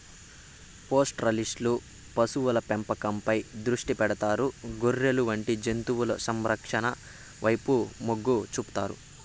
పాస్టోరలిస్టులు పశువుల పెంపకంపై దృష్టి పెడతారు, గొర్రెలు వంటి జంతువుల సంరక్షణ వైపు మొగ్గు చూపుతారు